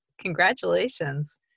Congratulations